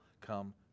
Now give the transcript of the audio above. come